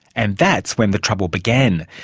and that's when the trouble began.